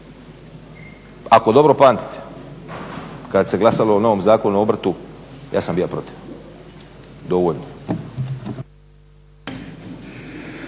Ako dobro pamtite kad se glasalo o novom Zakonu o obrtu ja sam bija protiv. Dovoljno.